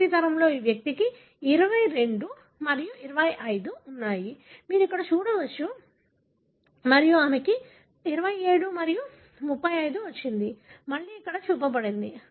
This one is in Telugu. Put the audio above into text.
మొదటి తరంలో ఈ వ్యక్తికి 22 మరియు 25 ఉన్నాయి మీరు ఇక్కడ చూడవచ్చు మరియు ఆమెకు 27 మరియు 35 వచ్చింది మళ్లీ ఇక్కడ చూపబడింది